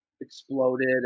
exploded